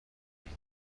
این